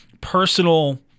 personal